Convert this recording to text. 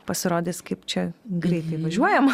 pasirodys kaip greitai važiuojama